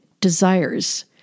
desires